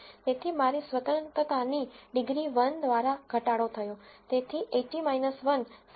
તેથી મારી સ્વતંત્રતાની ડિગ્રી 1 દ્વારા ઘટાડો થયો તેથી 80 1 79